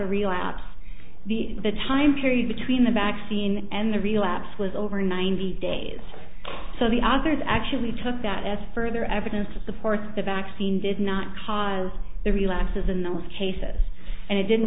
a relapse the the time period between the back scene and the relapse was over ninety days so the authors actually took that as further evidence that supports the vaccine did not cause the relapses in those cases and it didn't